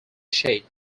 shade